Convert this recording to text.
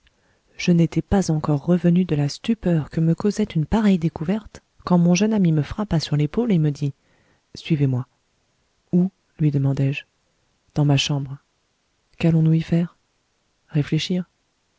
je n'étais pas encore revenu de la stupeur que me causait une pareille découverte quand mon jeune ami me frappa sur l'épaule et me dit suivez-moi où lui demandai-je dans ma chambre qu'allons-nous y faire réfléchir